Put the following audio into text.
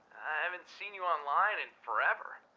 i haven't seen you online in forever.